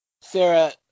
Sarah